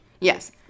Yes